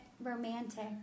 romantic